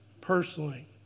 personally